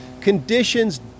Conditions